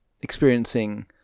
experiencing